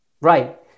Right